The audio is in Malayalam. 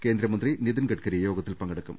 കേന്ദ്രമന്ത്രി നിതിൻ ഗഡ്കരി യോഗത്തിൽ പങ്കെടുക്കും